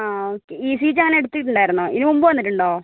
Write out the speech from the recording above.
ആ okay E C G അങ്ങനെ എടുത്തിട്ടുണ്ടായിരുന്നോ ഇതിന് മുൻപ് വന്നിട്ടുണ്ടോ